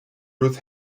ruth